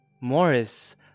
Morris